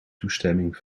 toestemming